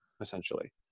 essentially